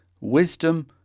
Wisdom